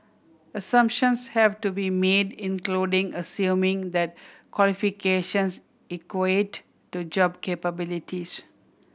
Assumptions have to be made including assuming that qualifications equate to job capabilities